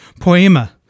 poema